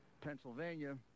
Pennsylvania